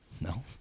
No